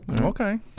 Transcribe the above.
Okay